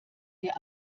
der